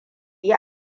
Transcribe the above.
yi